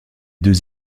deux